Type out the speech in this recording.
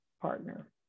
partner